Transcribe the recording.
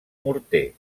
morter